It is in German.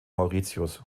mauritius